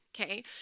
Okay